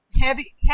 heavy